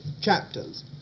chapters